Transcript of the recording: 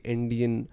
Indian